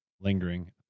lingering